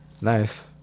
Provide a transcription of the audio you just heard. Nice